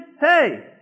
Hey